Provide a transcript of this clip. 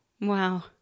Wow